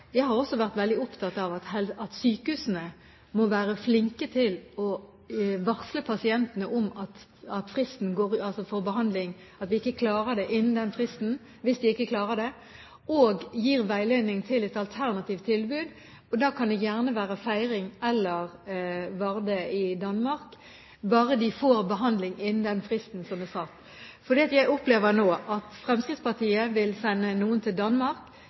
Jeg har også vært veldig opptatt av at sykehusene må være flinke til å varsle pasientene hvis de ikke klarer det innen fristen for behandling, og gi veiledning om et alternativt tilbud. Da kan det gjerne være Feiring eller Varde i Danmark, bare de får behandling innen den fristen som er satt. Jeg opplever nå at Fremskrittspartiet vil sende noen til Danmark.